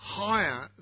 higher